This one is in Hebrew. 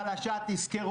אז איך הם יתחתנו?